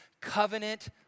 covenant